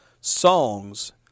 songs